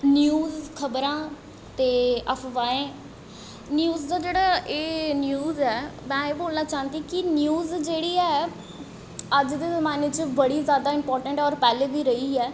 news खबरां ते अफवाहें न्यूज दा जेह्ड़ा एह् न्यूज ऐ में एह् बोलना चांह्दी कि न्यूज जेह्ड़ी ऐ अज्ज दे जमान्ने च बड़ी जैदा इंपार्टैंट ऐ होर पैह्लें दी रेही ऐ